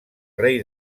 rei